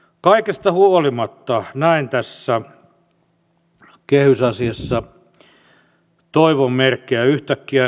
kaikesta huolimatta näen tässä kehysasiassa toivon merkkejä